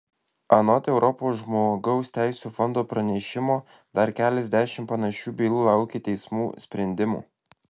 anot europos žmogaus teisių fondo pranešimo dar keliasdešimt panašių bylų laukia teismų sprendimų